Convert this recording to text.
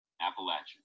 Appalachian